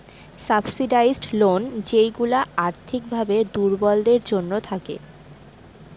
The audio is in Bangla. সাবসিডাইসড লোন যেইগুলা আর্থিক ভাবে দুর্বলদের জন্য থাকে